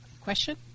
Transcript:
question